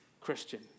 Christian